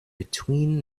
between